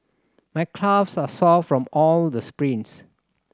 my calves are sore from all the sprints